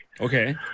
Okay